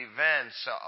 events